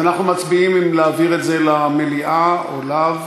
אז אנחנו מצביעים אם להעביר את זה למליאה או לאו.